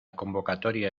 convocatoria